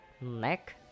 neck